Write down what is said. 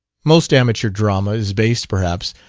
most amateur drama is based, perhaps,